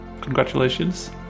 Congratulations